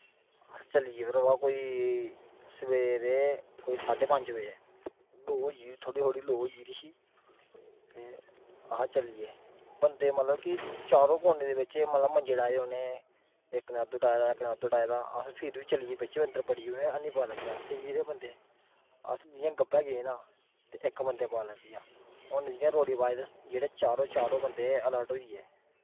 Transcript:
अस चली गे भ्रावा कोई सवेरे कोई साड्ढे पंज बजे लोऽ होई गेदी ही थोह्ड़ी थोह्ड़ी लोऽ होई गेदी ही ते अह् चली गे बंदे मतलब कि चारों कोनें दे बेच्च मतलब मज्जें डाए दे उ'नें इक ने उद्धर डाए दा इक ने उद्धर डाए दा हा अस फिर बी चली गे बिच्च अंदर बड़ी गे उ'नेंगी हैनी पता लग्गेआ सेई गेदे हे बंदे अस जि'यां गब्बै गे न ते इक बंदे ई पता लगी गेआ उ'न्न जियां रौली पाई ते जेह्ड़े चारों चारों बंदे हे अलर्ट होई गे